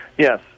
Yes